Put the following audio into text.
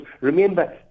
remember